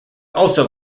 also